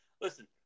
listen